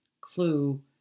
clue